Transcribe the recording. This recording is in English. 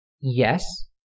Yes